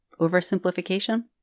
oversimplification